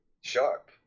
Sharp